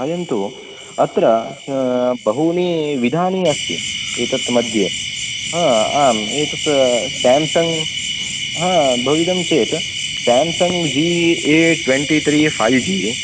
आयन्तु अत्र बहूनि विधानि अस्ति एतत् मध्ये हा आम् एतत् स्याम्संग् हा बहुविधं चेत् Samsung G A twenty three five G